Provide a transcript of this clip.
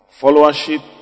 Followership